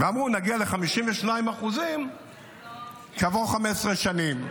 ואמרו: נגיע ל-52% כעבור 15 שנים.